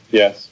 yes